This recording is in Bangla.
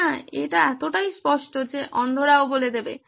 হ্যাঁ এটি এতটাই স্পষ্ট যে অন্ধরাও বলে দেবে